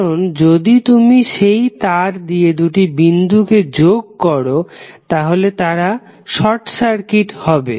কারণ যদি তুমি সেই তার দিয়ে দুটি বিন্দুকে যোগ করো তাহলে তারা শর্ট সার্কিট হবে